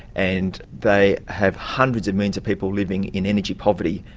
and they have hundreds of millions of people living in energy poverty.